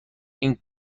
این